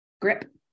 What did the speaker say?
grip